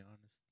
honest